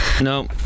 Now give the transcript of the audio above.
no